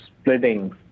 splitting